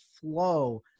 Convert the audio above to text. flow